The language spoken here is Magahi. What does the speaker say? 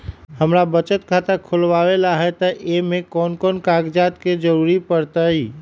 हमरा बचत खाता खुलावेला है त ए में कौन कौन कागजात के जरूरी परतई?